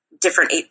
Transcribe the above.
different